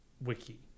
wiki